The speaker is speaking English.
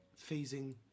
phasing